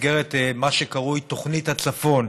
במסגרת מה שקרוי תוכנית הצפון,